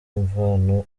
imvano